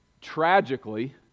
tragically